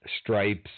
Stripes